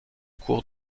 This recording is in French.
cours